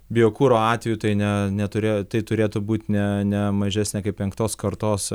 biokuro atveju tai ne neturėjo tai turėtų būt ne ne mažesnė kaip penktos kartos